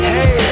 Hey